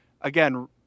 again